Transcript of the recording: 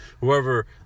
whoever